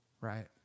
right